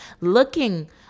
Looking